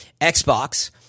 xbox